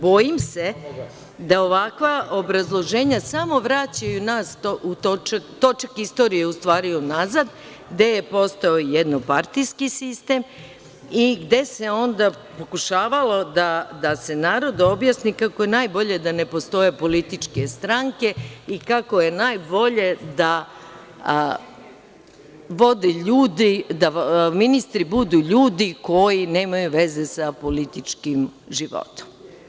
Bojim se da ovakva obrazloženja samo vraćaju točak istorije unazad, gde je postojao jednopartijski sistem i gde se pokušavalo da se narodu objasni kako je najbolje da ne postoje političke stranke i kako je najbolje da ministri budu ljudi koji nemaju veze sa političkim životom.